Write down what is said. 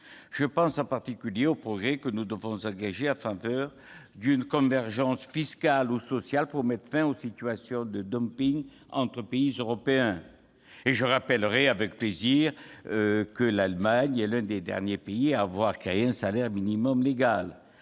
Je pense en particulier aux progrès que nous devons réaliser en matière de convergence fiscale ou sociale, pour mettre fin aux situations de dumping entre pays européens. Je rappelle d'ailleurs, avec plaisir, que l'Allemagne est l'un des derniers pays à avoir créé un salaire minimum légal.